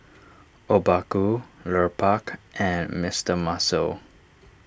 Obaku Lupark and Mister Muscle